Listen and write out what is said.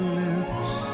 lips